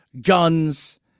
guns